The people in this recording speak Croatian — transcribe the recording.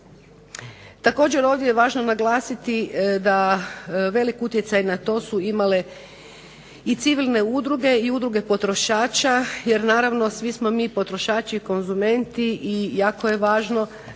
Također, ovdje ja važno naglasiti da velik utjecaj na to su imale i civilne udruge i udruge potrošača jer naravno svi smo mi potrošači konzumenti i jako je važno